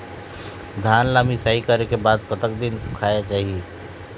धान ला मिसाई करे के बाद कतक दिन सुखायेक चाही?